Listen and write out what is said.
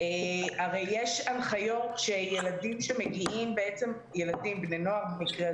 אי-אפשר לעשות 2,000 בדיקות בשביל להכניס את הילדים האלה למסגרת?